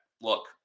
look